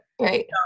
right